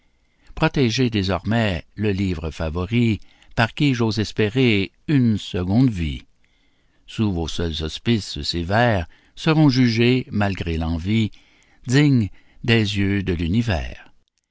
protégez désormais le livre favori par qui j'ose espérer une seconde vie sous vos seuls auspices ces vers seront jugés malgré l'envie dignes des yeux de l'univers